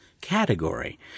category